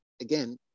again